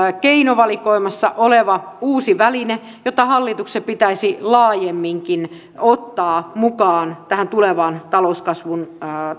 keinovalikoimassa oleva uusi väline jota hallituksen pitäisi laajemminkin ottaa mukaan tuleviin talouskasvun